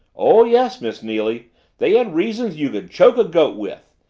oh, yes, miss neily they had reasons you could choke a goat with,